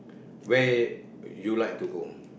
where you like to go